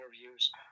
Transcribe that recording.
interviews